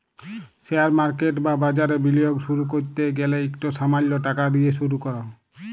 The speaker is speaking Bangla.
শেয়ার মার্কেট বা বাজারে বিলিয়গ শুরু ক্যরতে গ্যালে ইকট সামাল্য টাকা দিঁয়ে শুরু কর